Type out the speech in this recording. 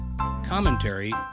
commentary